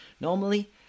normally